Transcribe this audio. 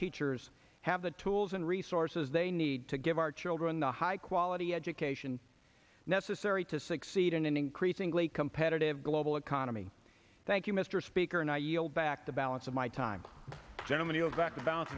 teachers have the tools and resources they need to give our children the high quality education necessary to succeed in an increasingly competitive global economy thank you mr speaker and i yield back the balance of my time gentleman yield back